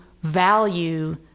value